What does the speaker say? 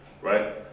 right